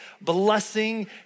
blessing